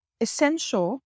essential